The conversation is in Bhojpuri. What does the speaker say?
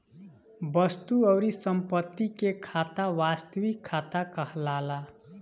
वस्तु अउरी संपत्ति के खाता वास्तविक खाता कहलाला